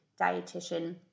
dietitian